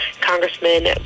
Congressman